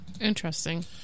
Interesting